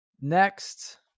Next